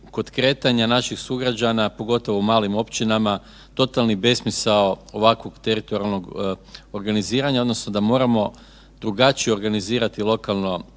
kod kretanja naših sugrađana, pogotovo u malim općinama, totalni besmisao ovakvog teritorijalnog organiziranja odnosno da moramo drugačije organizirati lokalno